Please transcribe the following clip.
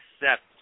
accept